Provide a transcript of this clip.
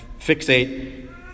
fixate